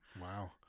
Wow